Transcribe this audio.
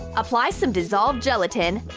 apply some dissolved gelatin.